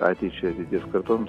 ateičiai ateities kartoms